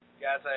guys